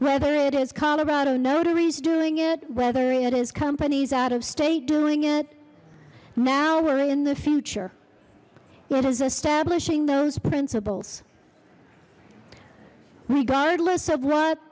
whether it is colorado notaries doing it whether it is companies out of state doing it now we're in the future it is establishing those principles regardless of what